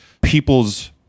people's